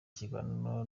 kiganiro